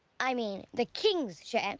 i mean the king's share,